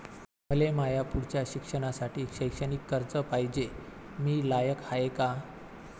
मले माया पुढच्या शिक्षणासाठी शैक्षणिक कर्ज पायजे, मी लायक हाय का?